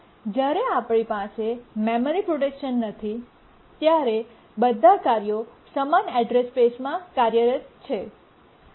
જ્યારે આપણી પાસે મેમરી સુરક્ષા નથી ત્યારે બધા કાર્યો સમાન એડ્રેસ સ્પેસમાં કાર્યરત છે